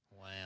Wow